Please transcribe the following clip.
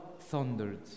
thundered